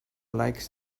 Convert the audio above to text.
likes